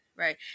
Right